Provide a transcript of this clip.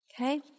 Okay